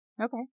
okay